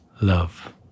love